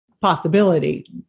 possibility